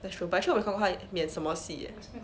that's true but actually 我没有看过他演什么戏 leh